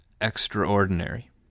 extraordinary